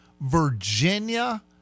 Virginia